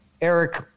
Eric